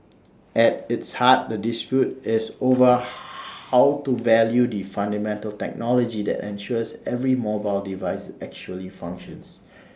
at its heart the dispute is over how to value the fundamental technology that ensures every mobile device actually functions